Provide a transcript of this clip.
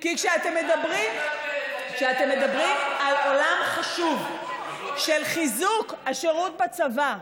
כי כשאתם מדברים על עולם חשוב של חיזוק השירות בצבא,